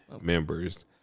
members